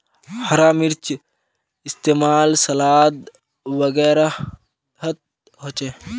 हरा मिर्चै इस्तेमाल सलाद वगैरहत होचे